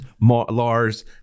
Lars